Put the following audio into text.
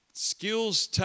Skills